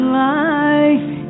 life